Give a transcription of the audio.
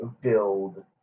build